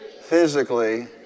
physically